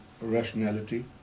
rationality